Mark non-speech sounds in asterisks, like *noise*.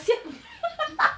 *breath* *laughs*